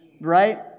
right